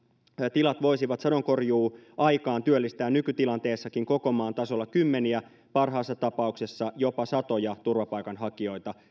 voisivat sadonkorjuuaikaan työllistää nykytilanteessakin koko maan tasolla kymmeniä parhaassa tapauksessa jopa satoja turvapaikanhakijoita